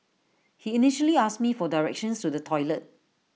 he initially asked me for directions to the toilet